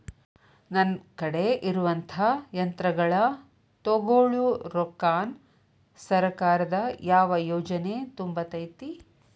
ನನ್ ಕಡೆ ಇರುವಂಥಾ ಯಂತ್ರಗಳ ತೊಗೊಳು ರೊಕ್ಕಾನ್ ಸರ್ಕಾರದ ಯಾವ ಯೋಜನೆ ತುಂಬತೈತಿ?